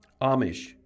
Amish